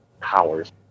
powers